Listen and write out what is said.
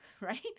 right